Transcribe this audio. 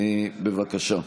בבקשה.